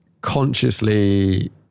consciously